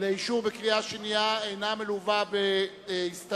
לאישור בקריאה שנייה אינה מלווה בהסתייגויות,